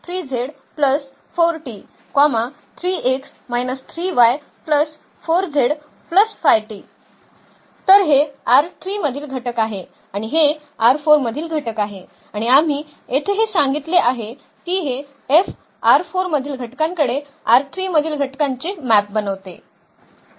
तर हे मधील घटक आहे आणि हे मधील घटक आहे आणि आम्ही येथे हे सांगितले आहे की हे F मधील घटकांकडे मधील घटकांचे मॅप बनवते